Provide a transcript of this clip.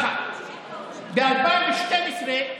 ב-2012,